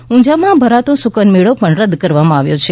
ઊંઝા માં ભરાતો શુકન મેળો પણ રદ કરવામાં આવ્યો છે